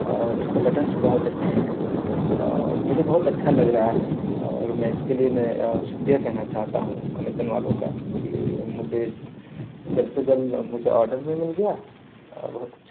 اور اس کا بٹنس بہت اچھے ہیں اور مجھے بہت اچھا لگ رہا ہے اور میں اس کے لیے میں شکریہ کہنا چاہتا ہوں امازون والوں کا کہ مجھے جلد سے جلد مجھے آڈر بھی مل گیا اور بہت اچھا